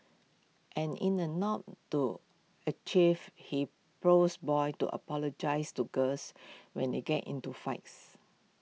and in A nod to A chef he prods boys to apologise to girls when they get into fights